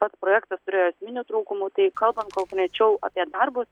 pats projektas turėjo esminių trūkumų tai kalbant konkrečiau apie darbus